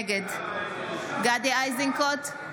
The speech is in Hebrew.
נגד גדי איזנקוט,